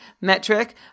metric